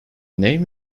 name